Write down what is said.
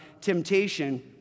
temptation